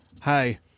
Hi